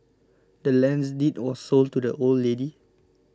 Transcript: the land's deed was sold to the old lady